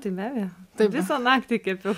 tai be abejo tai visą naktį kepiau